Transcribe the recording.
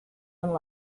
and